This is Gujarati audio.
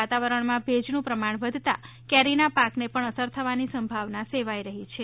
વાતાવરણમાં ભેજનું પ્રમાણ વધતાં કેરીના પાકને પણ અસર થવાની સંભાવના સેવાઇ રહી છે